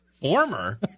Former